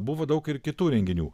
buvo daug ir kitų renginių